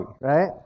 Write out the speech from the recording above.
right